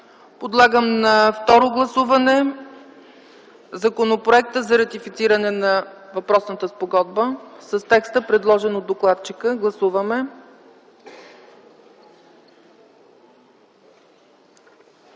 Подлагам на второ гласуване законопроекта за ратифициране на спогодбата с текста, предложен от докладчика. Моля, гласувайте.